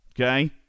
Okay